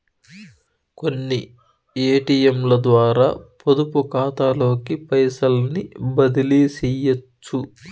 కొన్ని ఏటియంలద్వారా పొదుపుకాతాలోకి పైసల్ని బదిలీసెయ్యొచ్చు